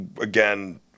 again